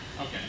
Okay